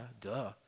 duh